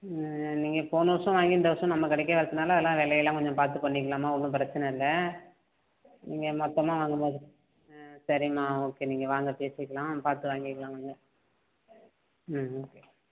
நீங்கள் போன வருஷம் வாங்கி இந்த வருஷம் நம்ம கடைக்கே வர்றதுனால எல்லாம் விலையெல்லம் கொஞ்சம் பார்த்து பண்ணிக்கலாம்மா ஒன்றும் ப்ரச்சனை இல்லை நீங்கள் மொத்தமாக வாங்கும்போது ஆ சரிம்மா ஓகே நீங்கள் வாங்க பேசிக்கலாம் பார்த்து வாங்கிக்கலாம் வாங்க ம்ம் ஓகே